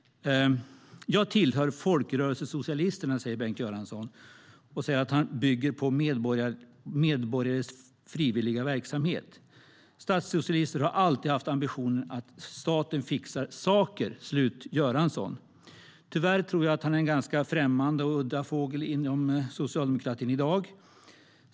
Bengt Göransson sa att han tillhör folkrörelsesocialisterna, som byggt på medborgares frivilliga verksamhet. Statssocialister har alltid haft ambitionen att staten fixar saker. Tyvärr tror jag att Bengt Göransson är en främmande och udda fågel inom dagens socialdemokrati.